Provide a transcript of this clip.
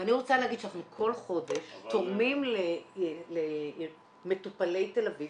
ואני רוצה להגיד שאנחנו כל חודש תורמים למטופלי תל אביב